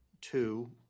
two